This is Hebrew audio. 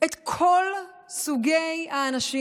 את כל סוגי האנשים.